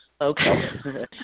Okay